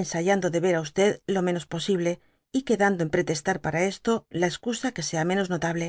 ensayando de ver á lo menos posible y quedando en pretestac para esto la escusa que sea menos notable